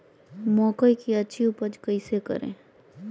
मकई की अच्छी उपज कैसे करे?